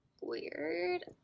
weird